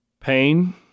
Pain